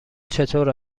چطور